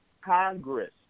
Congress